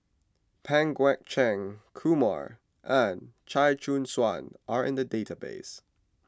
Pang Guek Cheng Kumar and Chia Choo Suan are in the database